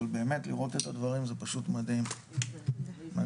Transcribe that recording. באמת לראות את הדברים זה פשוט מדהים, מרגש.